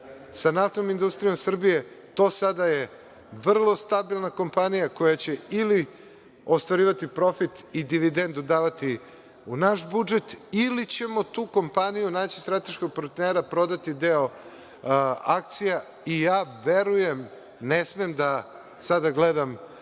sa NIS, to je sada vrlo stabilna kompanija koja će ili ostvarivati profit i dividendu davati u naš budžet ili ćemo tu kompaniju, naći strateškog partnera, prodati deo akcija i ja verujem, ne smem sada da gledam